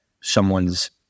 someone's